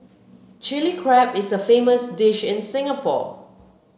Chilli Crab is a famous dish in Singapore